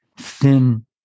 thin